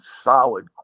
solid